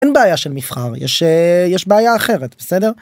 ‫אין בעיה של מבחן, ‫יש בעיה אחרת, בסדר?